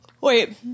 Wait